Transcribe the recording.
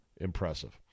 impressive